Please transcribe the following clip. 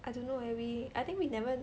I don't know leh we I think we never